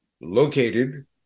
located